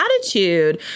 attitude